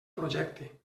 projecte